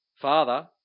Father